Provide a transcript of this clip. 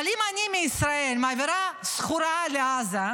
אבל אם אני מישראל מעבירה סחורה לעזה,